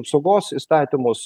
apsaugos įstatymus